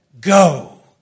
go